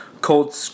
Cold